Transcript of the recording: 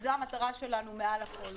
זו המטרה שלנו מעל הכול.